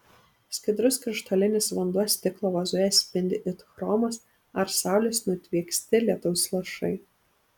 skaidrus krištolinis vanduo stiklo vazoje spindi it chromas ar saulės nutvieksti lietaus lašai